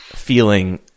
Feeling